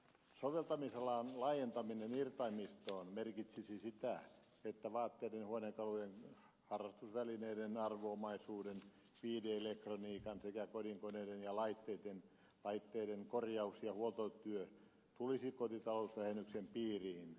soveltamisalan laajentaminen irtaimistoon merkitsisi sitä että vaatteiden huonekalujen harrastusvälineiden arvo omaisuuden viihde elektroniikan sekä kodinkoneiden ja laitteiden korjaus ja huoltotyö tulisi kotitalousvähennyksen piiriin